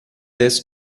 this